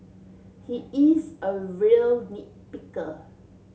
he is a real nit picker